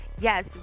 Yes